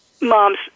moms